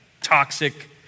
toxic